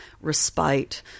respite